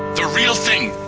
the real thing!